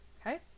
okay